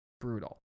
brutal